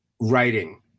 writing